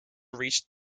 reached